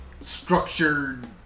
structured